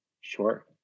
Sure